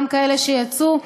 גם כאלה שיצאו,